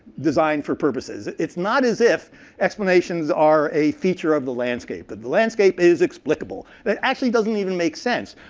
designed for purposes. it's not as if explanations are a feature of the landscape. the the landscape is ex-applicable. it actually doesn't even make sense,